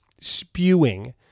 spewing